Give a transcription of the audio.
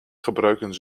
gebruiken